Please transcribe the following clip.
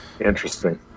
Interesting